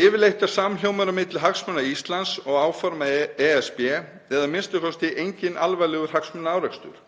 „Yfirleitt er samhljómur á milli hagsmuna Íslands og áforma ESB eða a.m.k. enginn alvarlegur hagsmunaárekstur.